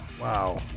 Wow